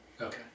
Okay